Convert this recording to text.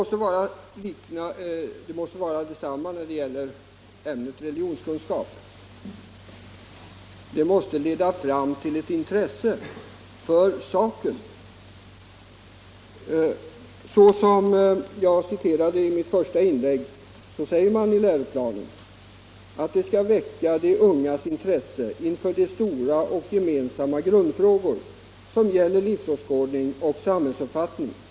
Samma sak gäller för ämnet religionskunskap. Det måste leda fram till ett intresse för saken. Som jag citerade i mitt första inlägg sägs det i läroplanen att undervisningen skall väcka de ungas intresse för de stora och gemensamma grundfrågor som har med livsåskådning och samhällsuppfattning att göra.